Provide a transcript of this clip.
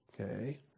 Okay